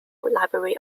library